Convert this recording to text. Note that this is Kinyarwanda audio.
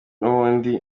nubundi